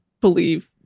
believe